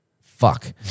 fuck